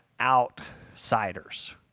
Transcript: outsiders